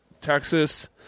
Texas